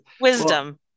wisdom